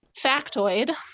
factoid